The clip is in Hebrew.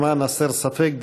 למען הסר ספק,